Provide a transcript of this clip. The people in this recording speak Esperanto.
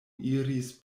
iris